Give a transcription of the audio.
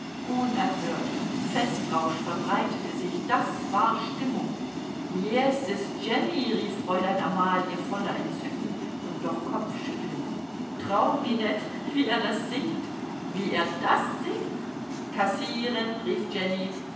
unerhört festrausch verbreitete sich das war stimmung jesses jenny rief fräulein amalie voller entzücken und doch kopfschüttelnd trau mi net wie er das singt wie er das singt kassieren rief jenny